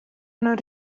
non